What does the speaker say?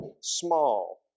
small